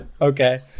Okay